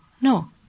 No